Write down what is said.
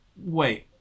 wait